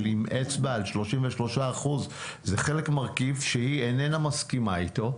עם אצבע על 33%. זה מרכיב שהיא איננה מסכימה איתו,